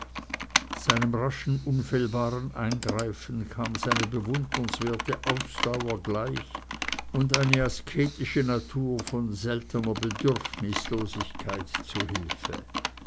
seinem raschen unfehlbaren eingreifen kam seine bewundernswerte ausdauer gleich und eine asketische natur von seltener bedürfnislosigkeit zu hilfe